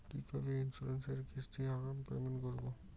কিভাবে ইন্সুরেন্স এর কিস্তি আগাম পেমেন্ট করবো?